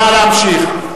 נא להמשיך.